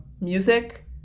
music